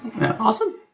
Awesome